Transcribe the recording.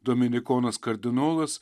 dominikonas kardinolas